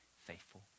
faithful